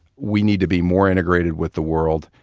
we need to be more integrated with the world.